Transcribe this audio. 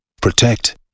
protect